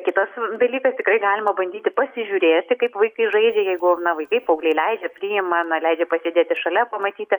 kitas dalykas tikrai galima bandyti pasižiūrėti kaip vaikai žaidžia jeigu vaikai paaugliai leidžia priima na leidžia pasėdėti šalia pamatyti